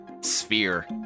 sphere